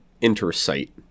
inter-site